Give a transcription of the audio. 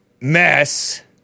mess